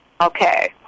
Okay